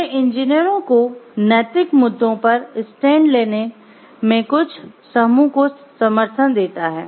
यह इंजीनियरों को नैतिक मुद्दों पर स्टैंड लेने में कुछ समूह को समर्थन देता है